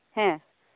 ᱦᱮᱸ